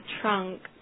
trunk